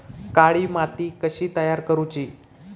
काळी माती कशी तयार करूची?